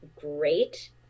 great